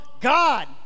God